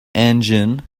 engine